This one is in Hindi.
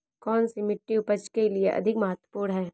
कौन सी मिट्टी उपज के लिए अधिक महत्वपूर्ण है?